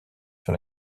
sur